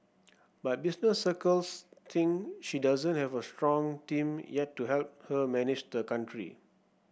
but business circles think she doesn't have a strong team yet to help her manage the country